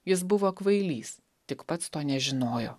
jis buvo kvailys tik pats to nežinojo